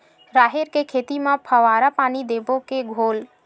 राहेर के खेती म फवारा पानी देबो के घोला?